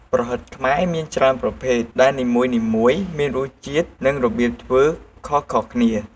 ប្រហិតខ្មែរមានច្រើនប្រភេទ ដែលនីមួយៗមានរសជាតិ និងរបៀបធ្វើខុសៗគ្នា។